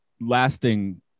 lasting